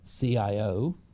CIO